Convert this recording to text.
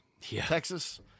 Texas